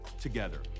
together